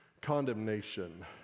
condemnation